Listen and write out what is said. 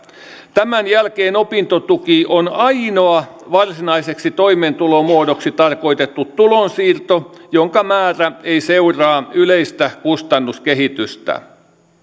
tämän jälkeen opintotuki on ainoa varsinaiseksi toimeentulomuodoksi tarkoitettu tulonsiirto jonka määrä ei seuraa yleistä kustannuskehitystä